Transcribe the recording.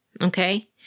okay